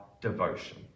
devotion